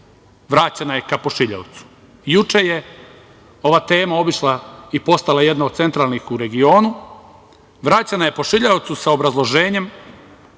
vraćena je ka pošiljaocu. Juče je ova tema obišla i postala jedna od centralnih u regionu, vraćena je pošiljaocu sa obrazloženjem,